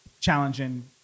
challenging